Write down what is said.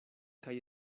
kaj